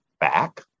back